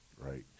right